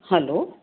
hello